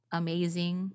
amazing